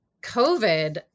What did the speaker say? COVID